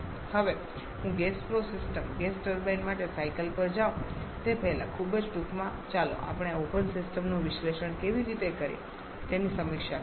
હવે હું gas flow system gas turbine માટે સાયકલ પર જાઉં તે પહેલાં ખૂબ જ ટૂંકમાં ચાલો આપણે ઓપન સિસ્ટમનું વિશ્લેષણ કેવી રીતે કરીએ તેની સમીક્ષા કરીએ